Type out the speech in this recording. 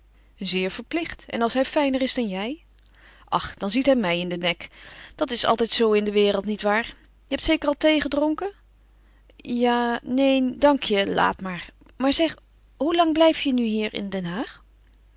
zeer verplicht en als hij fijner is dan jij ach dan ziet hij mij in den nek dat is altijd zoo in de wereld nietwaar je hebt zeker al thee gedronken ja neen dank je laat maar maar zeg hoe lang blijf je nu hier in den haag